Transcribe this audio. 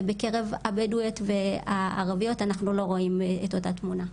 ובקרב הבדואיות והערביות אנחנו לא רואים את אותה תמונה.